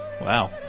Wow